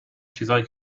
چیزای